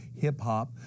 hip-hop